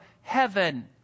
heaven